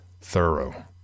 thorough